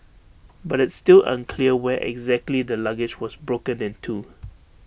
but it's still unclear where exactly the luggage was broken into